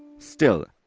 still,